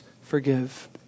forgive